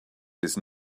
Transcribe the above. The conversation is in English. this